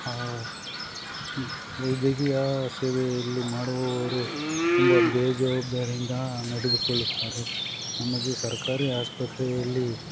ಆ ವೈದ್ಯಕೀಯ ಸೇವೆಯಲ್ಲಿ ಮಾಡುವವರು ತುಂಬ ಬೇಜವಾಬ್ದಾರಿಯಿಂದ ನಡೆದುಕೊಳ್ಳುತ್ತಾರೆ ನಮಗೆ ಸರ್ಕಾರಿ ಆಸ್ಪತ್ರೆಯಲ್ಲಿ